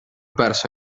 perso